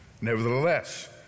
Nevertheless